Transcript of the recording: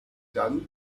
dann